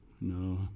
No